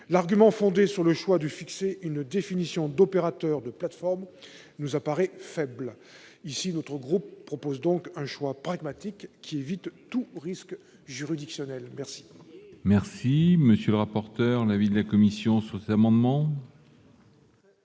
L'argument fondé sur le choix de fixer une définition d'opérateur de plateforme nous paraît faible. Notre groupe propose donc un choix pragmatique, qui évite tout risque juridictionnel. Quel